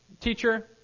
Teacher